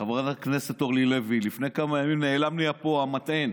חברת הכנסת אורלי לוי: לפני כמה ימים נעלם לי פה המטען.